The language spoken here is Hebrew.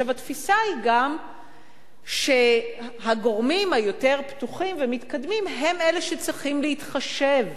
התפיסה היא גם שהגורמים הפתוחים והמתקדמים יותר הם אלה שצריכים להתחשב